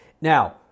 Now